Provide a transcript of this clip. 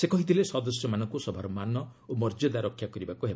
ସେ କହିଥିଲେ ସଦସ୍ୟମାନଙ୍କୁ ସଭାର ମାନ ଓ ମର୍ଯ୍ୟଦା ରକ୍ଷା କରିବାକୁ ହେବ